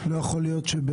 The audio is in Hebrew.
למה לא חיברת אותנו עם